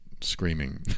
screaming